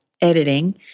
editing